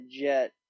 Jet